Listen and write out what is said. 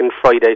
Friday